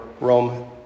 Rome